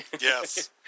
yes